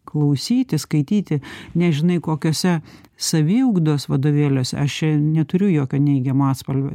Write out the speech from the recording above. klausytis skaityti nežinai kokiose saviugdos vadovėliuose aš čia neturiu jokio neigiamo atspalvio